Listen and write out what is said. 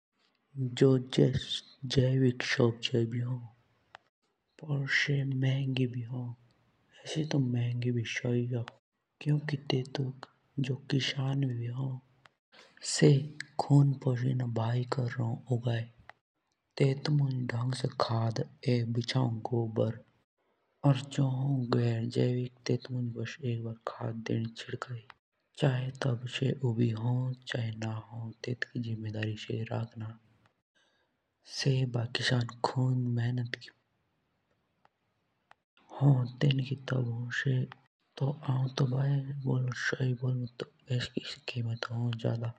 जुस एबी कुत्ते होन तो सु आपस मुँज बोलाओन होन। तो तब कुत्ते नाक मिलाई कर बात कोरोना आपस मुँज। जब उत ते आपस मुँज बोलाओन तब खियानी कुंगी कुंगी आवाज ना गडों। जब कुत्ते आपस मुँज बोलाओन भी ओ तब से आपणी फुँचुन रो हिलन्दे लगी।